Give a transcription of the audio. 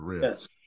yes